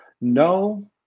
No